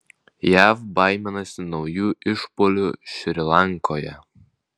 jav baiminasi naujų išpuolių šri lankoje